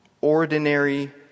ordinary